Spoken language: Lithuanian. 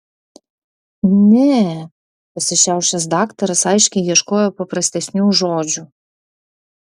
ne pasišiaušęs daktaras aiškiai ieškojo paprastesnių žodžių